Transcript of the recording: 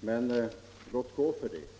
men låt gå för det.